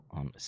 on